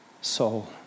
soul